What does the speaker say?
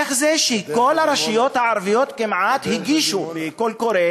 איך זה שכל הרשויות הערביות כמעט הגישו קול קורא